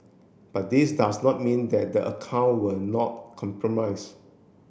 but this does not mean that the account were not compromise